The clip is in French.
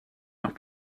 heure